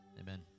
amen